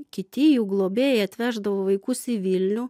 kiti jų globėjai atveždavo vaikus į vilnių